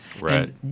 Right